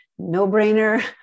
no-brainer